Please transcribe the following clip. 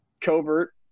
Covert